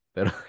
Pero